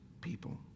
people